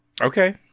okay